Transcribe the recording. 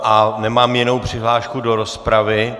A nemám jinou přihlášku do rozpravy.